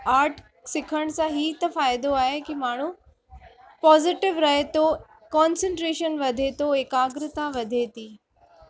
art सिखण सां ई त फ़ाइदो आहे कि माण्हू पॉज़िटिव रहे थो कोन्सन्ट्रेशन वधे थो एकाग्रता वधे थी